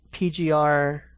PGR